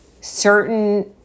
certain